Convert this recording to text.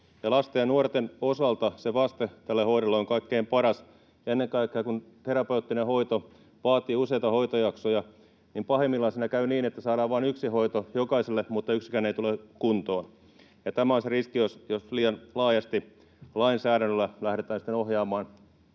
lasten ja nuorten osalta vaste tälle hoidolle on kaikkein paras. Ennen kaikkea, kun terapeuttinen hoito vaatii useita hoitojaksoja, pahimmillaan siinä käy niin, että saadaan vain yksi hoito jokaiselle mutta yksikään ei tule kuntoon. Tämä on se riski, jos liian laajasti lainsäädännöllä lähdetään ohjaamaan